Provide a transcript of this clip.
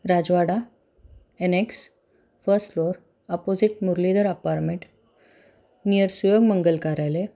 राजवाडा annex first floor opposite Muralidhar apartment near Suyog मंगल कार्यालय